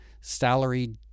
salary